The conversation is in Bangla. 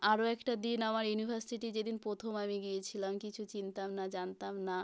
আরও একটা দিন আমার ইউনিভার্সিটি যেদিন প্রথম আমি গিয়েছিলাম কিছু চিনতাম না জানতাম না